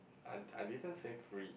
I I didn't say free